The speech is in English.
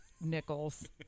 nickels